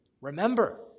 Remember